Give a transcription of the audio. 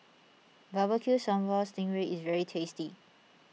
Barbecue Sambal Sting Ray is very tasty